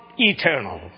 eternal